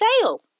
fail